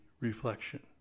reflection